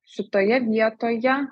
šitoje vietoje